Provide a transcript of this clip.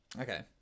Okay